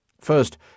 First